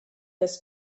des